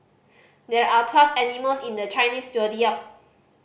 there are twelve animals in the Chinese Zodiac